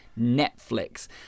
Netflix